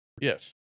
Yes